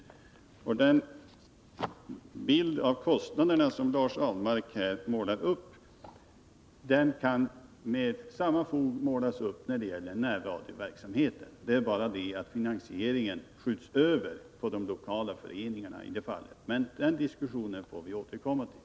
Den bild av kostnaderna som Lars Ahlmark här målar upp kan med samma fog målas upp när det gäller närradioverksamheten — med den skillnaden att finansieringen skjuts över på lokala föreningar. Men den diskussionen får vi återkomma till.